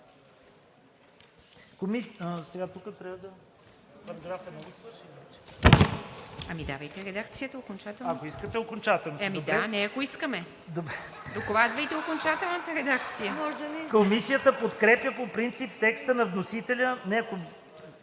Комисията подкрепя по принцип текста на вносителя